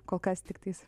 kol kas tiktais